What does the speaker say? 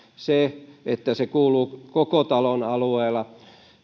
se että se kuuluu koko talon alueella